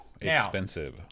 Expensive